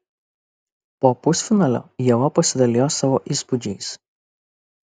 po pusfinalio ieva pasidalijo savo įspūdžiais